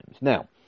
now